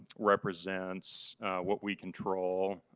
represents what we control